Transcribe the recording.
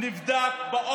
חברי